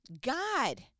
God